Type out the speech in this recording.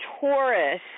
taurus